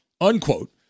unquote